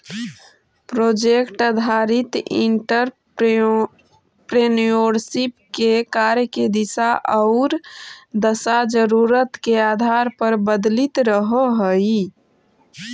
project आधारित entrepreneurship के कार्य के दिशा औउर दशा जरूरत के आधार पर बदलित रहऽ हई